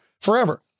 forever